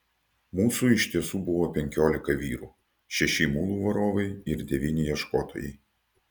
mūsų iš tiesų buvo penkiolika vyrų šeši mulų varovai ir devyni ieškotojai